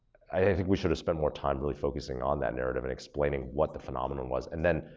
i think we should have spent more time really focusing on that narrative and explaining what the phenomenon was and then,